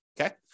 Okay